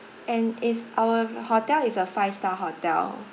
and it's our hotel is a five star hotel